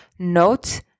Note